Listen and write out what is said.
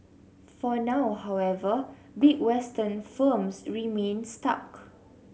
for now however big Western firms remain stuck